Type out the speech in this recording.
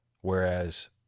whereas